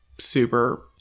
super